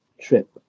trip